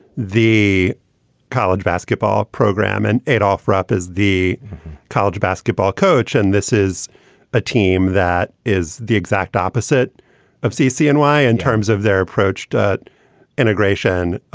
the college basketball program. and adolph rupp is the college basketball coach. and this is a team that is the exact opposite of ccny in terms of their approached ah but integration.